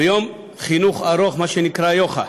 ויום חינוך ארוך, מה שנקרא יוח"א.